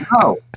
No